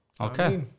Okay